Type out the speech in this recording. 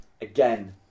again